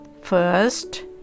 First